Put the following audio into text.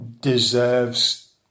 deserves